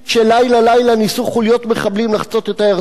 שלילה-לילה ניסו חוליות מחבלים לחצות את הירדן.